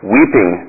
Weeping